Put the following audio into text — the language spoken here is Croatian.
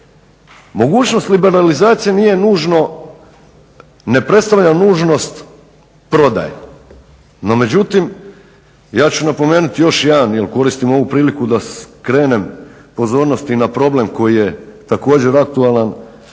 Mogućnost liberalizacije nije nužno, ne predstavlja nužnost prodaje, no međutim ja ću napomenuti još jedan, jer i koristim ovu priliku da skrenem pozornost i na problem koji je također aktualan